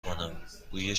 کنم، بوی